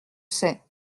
sais